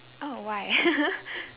oh why